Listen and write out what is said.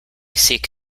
seek